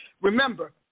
remember